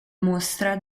mostra